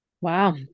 Wow